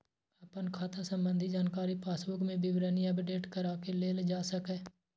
अपन खाता संबंधी जानकारी पासबुक मे विवरणी अपडेट कराके लेल जा सकैए